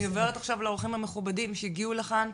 אני עוברת עכשיו לאורחים המכובדים שהגיעו לכאן,